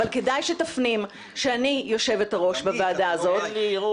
אבל כדאי שתפנים שאני יושבת הראש בוועדה הזאת --- אין לי ערעור על כך,